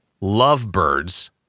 lovebirds